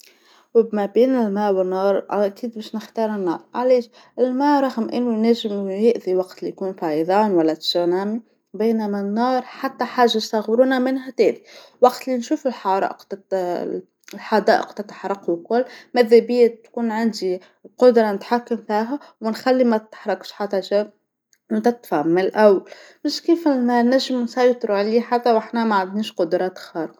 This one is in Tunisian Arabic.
ما بين الما والنار، أكيد باش نختار النار، علا، خاطر الما رغم أنو ينجم يأذي وقت يكون فيضان ولا تسونامي بينما النار حتى حاجه صغيرونه منها تأذي، وقت اللي نشوف الحرائق الحدائق تتحرق والكل، مذابيا تكون عندي القدره نتحكم فاها ونخلي ما تحرقش حتى حاجه، وتتطفى من الأول، مش كيف الما، نجم نسيطرو عليه حتى وحنا ماعندش قدرات خارقه.